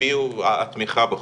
הביעו תמיכה בחוק.